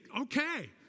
okay